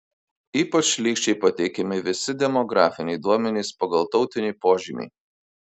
ypač šykščiai pateikiami visi demografiniai duomenys pagal tautinį požymį